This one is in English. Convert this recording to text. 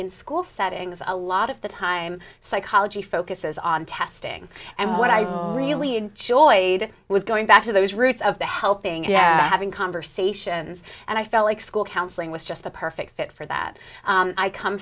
in school settings a lot of the time psychology focuses on testing and what i really enjoyed it was going back to those roots of the helping having conversations and i felt like school counseling was just the perfect fit for that i come